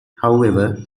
however